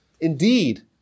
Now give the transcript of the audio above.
Indeed